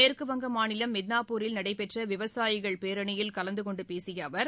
மேற்குவங்க மாநிலம் மித்னாபூரில் நடைபெற்ற விவசாயிகள் பேரணியில் கலந்துகொண்டு பேசிய அவர்